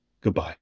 Goodbye